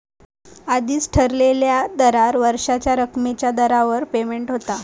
आधीच ठरलेल्या दरावर वर्षाच्या रकमेच्या दरावर पेमेंट होता